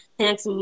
thanks